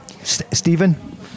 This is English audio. Stephen